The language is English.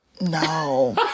No